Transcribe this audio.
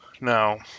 Now